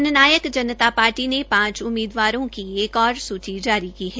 जननायक Janta party ने पांच उम्मीदवारों की एक ओर सूची जारी की है